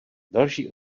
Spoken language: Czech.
další